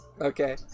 Okay